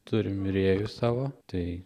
turim virėjus savo tai